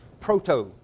proto